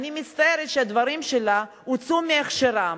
אני מצטערת שהדברים שלה הוצאו מהקשרם.